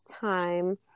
time